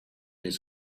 his